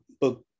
book